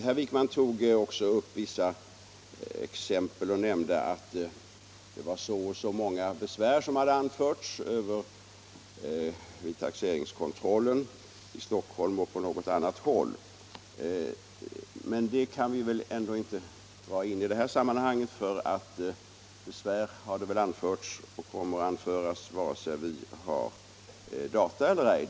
Herr Wijkman tog också en del exempel och nämnde att ett visst antal besvär hade anförts över taxeringskontroller i Stockholm och på något annat håll. Det kan vi väl ändå inte dra in i detta sammanhang — besvär har anförts och kommer att anföras vare sig vi har data eller ej.